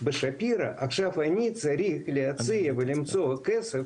בשפירא עכשיו אני צריך להצהיר ולמצוא כסף,